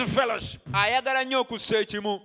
fellowship